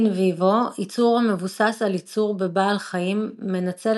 אין ויוו ייצור המבוסס על יצור בבעל חיים מנצל